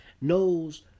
Knows